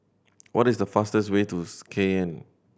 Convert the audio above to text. what is the fastest way to Cayenne